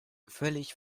völlig